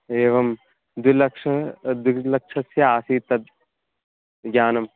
एवं द्विलक्ष द्विलक्षस्य आसीत् तद् यानं